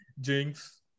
Jinx